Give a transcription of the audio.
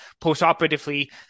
post-operatively